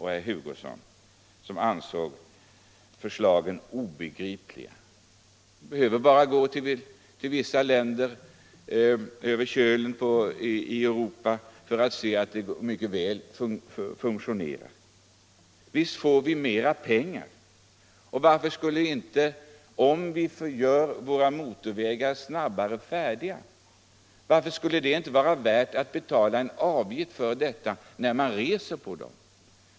Herr Hugosson, som ansåg förslagen obegripliga, behöver bara gå till vissa länder i Europa för att se att ett sådant system mycket väl fungerar. Visst får vi mera pengar, och visst skulle det, om motorvägarna blir färdiga snabbare, vara värt att betala en avgift för det när man färdas på dem.